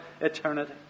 eternity